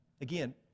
again